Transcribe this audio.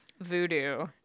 voodoo